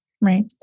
Right